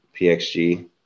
PXG